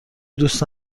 دوست